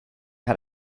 had